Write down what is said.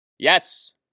Yes